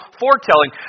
foretelling